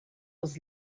els